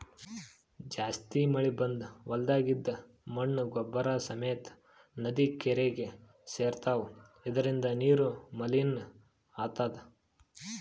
ಜಾಸ್ತಿ ಮಳಿ ಬಂದ್ ಹೊಲ್ದಾಗಿಂದ್ ಮಣ್ಣ್ ಗೊಬ್ಬರ್ ಸಮೇತ್ ನದಿ ಕೆರೀಗಿ ಸೇರ್ತವ್ ಇದರಿಂದ ನೀರು ಮಲಿನ್ ಆತದ್